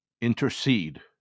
intercede